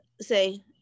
say